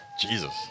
Jesus